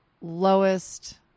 lowest